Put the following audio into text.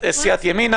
שבפעם החמישית,